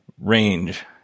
Range